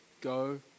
go